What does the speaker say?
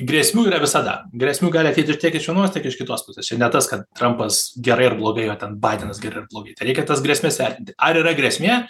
grėsmių yra visada grėsmių gali ateiti ir tiek iš vienos tiek iš kitos pusės čia ne tas kad trumpas gerai ar blogai o ten badenas gerai ar blogai tai reikia tas grėsmes vertinti ar yra grėsmė